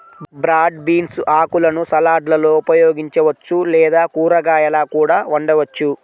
broad beans ఆకులను సలాడ్లలో ఉపయోగించవచ్చు లేదా కూరగాయలా కూడా వండవచ్చు